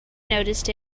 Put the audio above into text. noticed